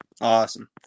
Awesome